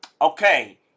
okay